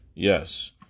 Yes